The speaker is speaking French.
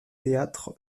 théâtre